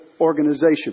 organization